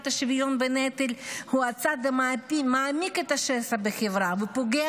השוויון בנטל הוא צעד המעמיק את השסע בחברה ופוגע